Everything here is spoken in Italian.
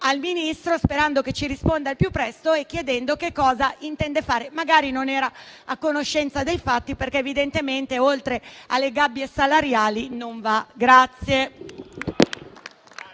al Ministro, sperando che ci risponda al più presto, chiedendogli che cosa intenda fare. Magari non era a conoscenza dei fatti perché evidentemente, oltre alle gabbie salariali, non va.